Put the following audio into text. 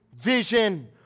vision